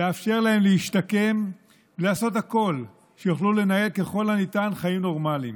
לאפשר להם להשתקם ולעשות הכול כדי שיוכלו לנהל ככל הניתן חיים נורמליים.